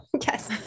Yes